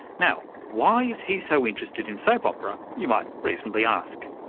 now, why is he so interested in soap opera, you might reasonably ask?